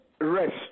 rest